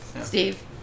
Steve